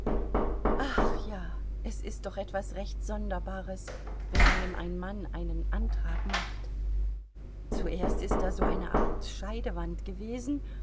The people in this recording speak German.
ach ja es ist doch etwas recht sonderbares wenn einem ein mann einen antrag macht zuerst ist da so eine art scheidewand gewesen